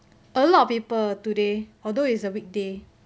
a lot of people today although it's a weekday